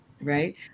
right